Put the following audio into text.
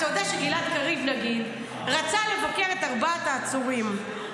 אתה יודע שגלעד קריב רצה לבקר את ארבעת העצורים.